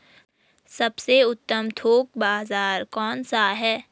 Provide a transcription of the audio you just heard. सबसे उत्तम थोक बाज़ार कौन सा है?